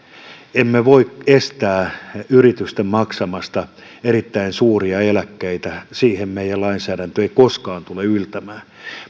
emme voi estää yrityksiä maksamasta erittäin suuria eläkkeitä siihen meidän lainsäädäntömme ei koskaan tule yltämään